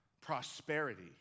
prosperity